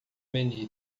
menu